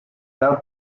out